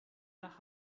nach